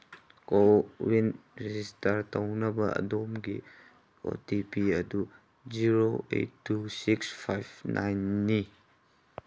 CoWIN register ꯇꯧꯅꯕ ꯑꯗꯣꯝꯒꯤ O T P ꯑꯗꯨ zero eight two six five ꯅꯥꯏꯟꯅꯤ